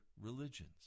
religions